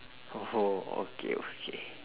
!oho! okay okay